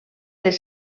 les